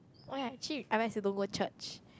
oh ya actually I like to don't go church